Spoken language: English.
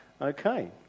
Okay